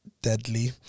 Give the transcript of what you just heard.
Deadly